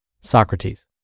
Socrates